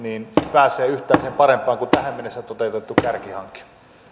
pääsee yhtään sen parempaan kuin tähän mennessä toteutettu kärkihanke